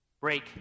break